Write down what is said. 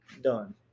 Done